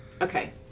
Okay